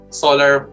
solar